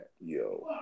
Yo